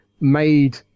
made